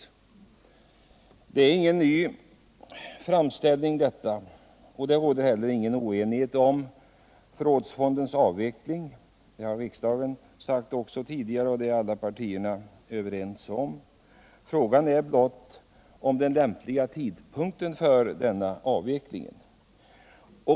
Detta är ingen nyhet och det råder heller ingen oenighet om förrådsfondens avveckling. Det har riksdagen tagit ställning till även tidigare, och alla partierna är överens. Frågan gäller bara den lämpliga tidpunkten för denna avveckling.